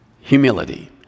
Humility